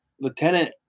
Lieutenant